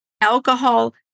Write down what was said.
Alcohol